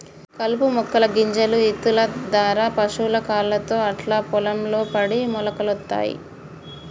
కలుపు మొక్కల గింజలు ఇత్తుల దారా పశువుల కాళ్లతో అట్లా పొలం లో పడి మొలకలొత్తయ్